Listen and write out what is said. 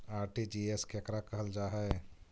RTGS केकरा कहल जा है?